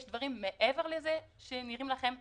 יש דברים מעבר לזה שנראים לכם?